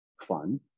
fun